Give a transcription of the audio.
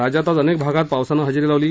राज्यात आज अनेक भागात पावसांन हजेरी लावली